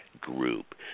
group